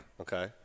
Okay